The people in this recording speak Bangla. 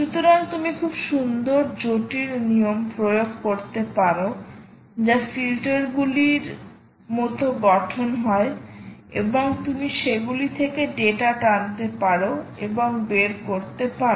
সুতরাং তুমি খুব সুন্দর জটিল নিয়ম প্রয়োগ করতে পারো যা ফিল্টারগুলির মতো গঠন হয় এবং তুমি সেগুলি থেকে ডেটা টানতে পারো এবং বের করতে পারো